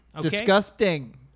Disgusting